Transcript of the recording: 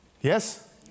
Yes